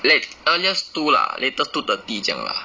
like earliest two lah latest two thirty 这样 lah